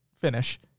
finish